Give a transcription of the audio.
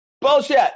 Bullshit